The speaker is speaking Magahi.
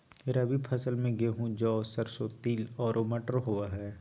रबी फसल में गेहूं, जौ, सरसों, तिल आरो मटर होबा हइ